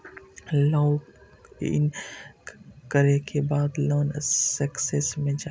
log in करै के बाद लोन सेक्शन मे जाउ